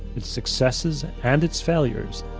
its successes and its failures,